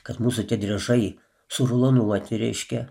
kad mūsų tie driežai sužlanuoti reiškia